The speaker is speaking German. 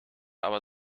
aber